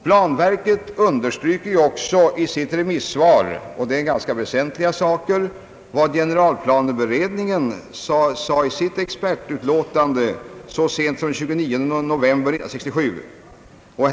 Planverket understryker också i sitt remissvar — det gäller väsentliga saker — vad generalplaneberedningen sade i sitt expertutlåtande så sent som den 29 november 1967.